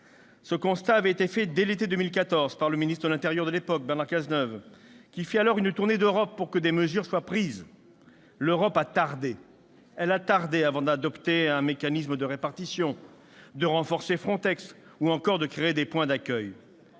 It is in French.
Ce constat avait été fait dès l'été 2014 par le ministre de l'intérieur de l'époque, Bernard Cazeneuve, qui fit alors une tournée d'Europe pour que des mesures soient prises. L'Europe a tardé avant d'adopter un mécanisme de répartition, de renforcer FRONTEX ou encore de créer des points d'accueil.